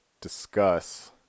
discuss